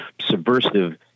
subversive